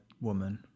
woman